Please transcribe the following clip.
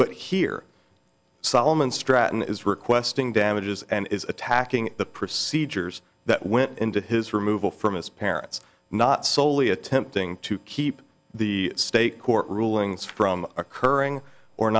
but here solomon stratton is requesting damages and is attacking the procedures that went into his removal from his parents not soley attempting to keep the state court rulings from occurring or